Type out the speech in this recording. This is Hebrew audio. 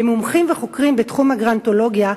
במומחים וחוקרים בתחום הגרנטולוגיה,